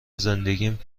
زندگیم